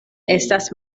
estas